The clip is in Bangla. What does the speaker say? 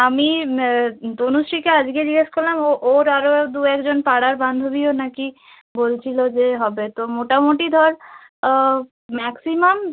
আমি তনুশ্রীকে আজকে জিজ্ঞাস করলাম ও ওর আরও দু একজন পাড়ার বান্ধবীও নাকি বলছিল যে হবে তো মোটামোটি ধর ম্যাক্সিমাম